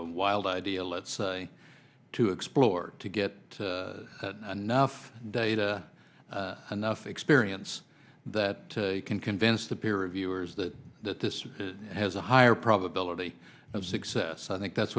the wild idea let's say to explore to get enough data enough experience that you can convince the peer reviewers that that this has a higher probability of success i think that's